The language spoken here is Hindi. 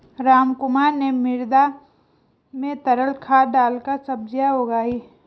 रामकुमार ने मृदा में तरल खाद डालकर सब्जियां उगाई